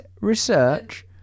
research